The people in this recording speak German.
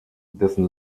dessen